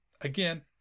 again